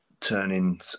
turning